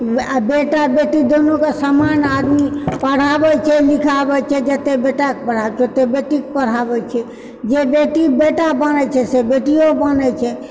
आ बेटा बेटी दुनूके समान आदमी पढ़ाबै छै लिखाबै छै जते बेटाके पढ़ाबै तते बेटीके पढ़ाबए छै जे बेटी बेटा बनए छै से बेटियो बनैत छै